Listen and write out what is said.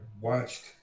watched